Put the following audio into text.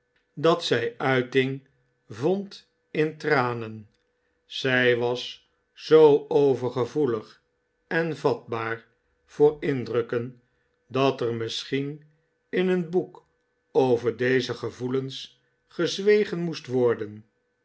dat zij uiting vond in tranen zij was zoo overgevoelig en vatbaar voor indrukken dat er misschien in een boek over deze gevoelens gezwegen moest worden